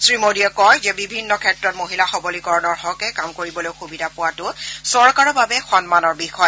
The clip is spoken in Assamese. শ্ৰীমোদীয়ে কয় যে বিভিন্ন ক্ষেত্ৰত মহিলা সবলীকৰণৰ হকে কাম কৰিবলৈ সুবিধা পোৱাটো চৰকাৰৰ বাবে সন্মানৰ বিয়